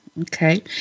Okay